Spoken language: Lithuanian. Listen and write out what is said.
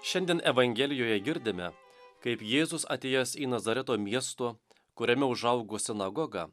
šiandien evangelijoje girdime kaip jėzus atėjęs į nazareto miesto kuriame užaugo sinagogą